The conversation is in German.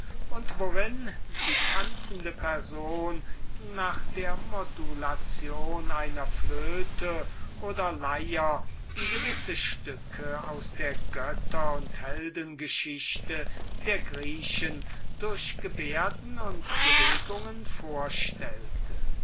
und worin die tanzende person nach der modulation einer flöte oder leier gewisse stücke aus der götter und heldengeschichte der griechen durch gebärden und bewegungen vorstellte